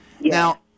Now